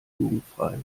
jugendfrei